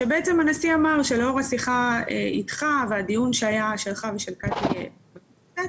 והנשיא אמר שלאור השיחה איתך והדיון שלך ושל קטי בכנסת,